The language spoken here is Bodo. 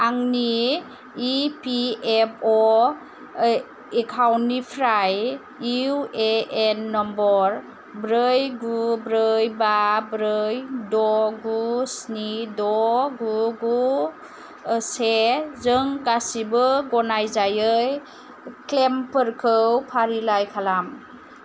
आंनि इ पि एफ अ एकाउन्टनिफ्राय इउ ए एन नम्बर ब्रै गु ब्रै बा ब्रै द' गु स्नि द' गु गु से जों गासिबो गनायजायै क्लेमफोरखौ फारिलाइ खालाम